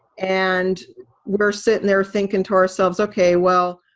and we're sitting there thinking to ourselves okay well,